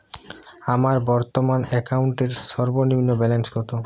আমার বর্তমান অ্যাকাউন্টের সর্বনিম্ন ব্যালেন্স কত?